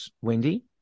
Wendy